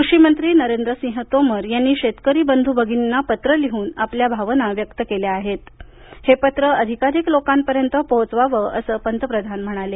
कृषी मंत्री नरेंद्र सिंह तोमर यांनी शेतकरी बंधू भगिनींना पत्र लिहून आपल्या भावना व्यक्त केल्या आहेत हे पत्र अधिकाधिक लोकांपर्यंत पोहोचवावं असं पंतप्रधान म्हणाले